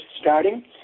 starting